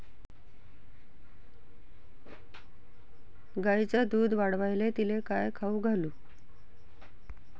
गायीचं दुध वाढवायले तिले काय खाऊ घालू?